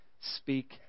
speak